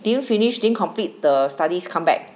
didn't finished didn't complete the studies come back